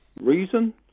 reason